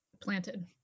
planted